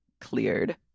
cleared